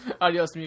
Adios